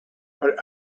but